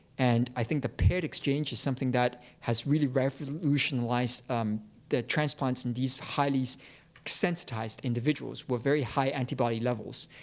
and i think the paired exchange is something that has really revolutionized um the transplants in these highly sensitized individuals with very high antibody levels.